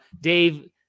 dave